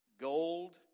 gold